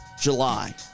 July